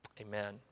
Amen